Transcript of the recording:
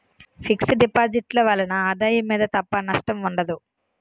fix deposit ల వలన ఆదాయం మీద తప్ప నష్టం ఉండదు